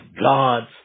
God's